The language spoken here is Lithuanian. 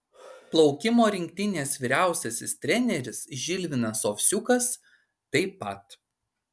plaukimo rinktinės vyriausiasis treneris žilvinas ovsiukas taip pat